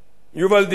יובל דיסקין,